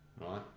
right